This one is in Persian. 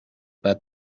بعد